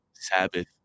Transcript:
Sabbath